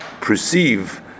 perceive